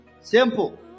Simple